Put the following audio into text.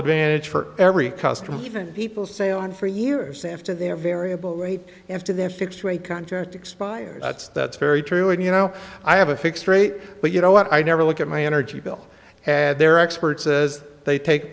advantage for every customer even people say on for years after their variable rate after their fixed rate contract expires that's that's very true and you know i have a fixed rate but you know i never look at my energy bill had their expert says they take